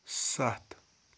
سَتھ